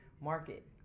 market